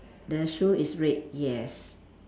the shoe is red yes